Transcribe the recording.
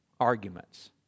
arguments